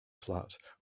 flat